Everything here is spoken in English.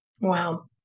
Wow